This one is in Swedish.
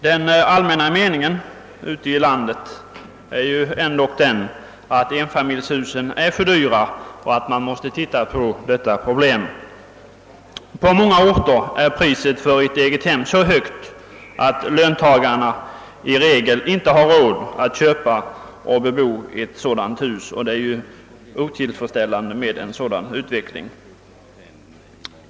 Den allmänna meningen ute i landet är ändock den att enfamiljshusen är för dyra och att man måste försöka komma till rätta med detta problem. På många orter är priset för ett eget hem så högt att löntagarna i regel inte har råd att köpa och bebo ett sådant hus, och det är ju otillfredsställande att utvecklingen gått därhän.